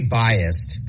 biased